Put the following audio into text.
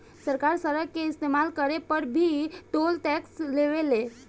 सरकार सड़क के इस्तमाल करे पर भी टोल टैक्स लेवे ले